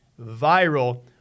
viral